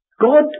God